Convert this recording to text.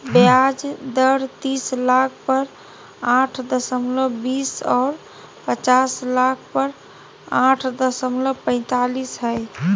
ब्याज दर तीस लाख पर आठ दशमलब बीस और पचास लाख पर आठ दशमलब पैतालीस हइ